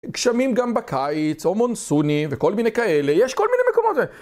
גשמים גם בקיץ, או מונסונים וכל מיני כאלה, יש כל מיני מקומות...